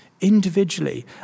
individually